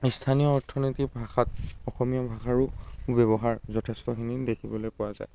স্থানীয় অৰ্থনীতি ভাষাত অসমীয়া ভাষাৰো ব্যৱহাৰ যথেষ্টখিনি দেখিবলৈ পোৱা যায়